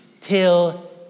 till